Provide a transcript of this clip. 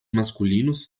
masculinos